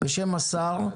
בשם השר,